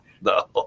No